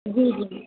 जी जी